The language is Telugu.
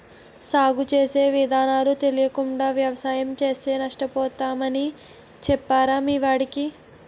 సాగు చేసే విధానాలు తెలియకుండా వ్యవసాయం చేస్తే నష్టపోతామని చెప్పరా మీ వాడికి